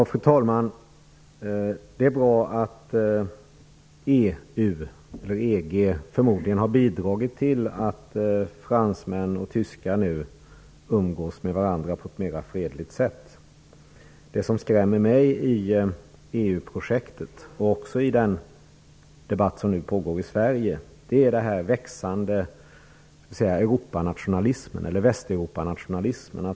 Fru talman! Det är bra att EU/EG förmodligen har bidragit till att fransmän och tyskar nu umgås med varandra på ett mera fredligt sätt. Det som skrämmer mig i EU-projektet, och också i den debatt som pågår i Sverige, är den växande Västeuropanationalismen.